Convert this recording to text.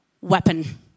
weapon